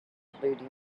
including